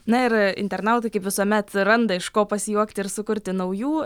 na ir internautai kaip visuomet randa iš ko pasijuokti ir sukurti naujų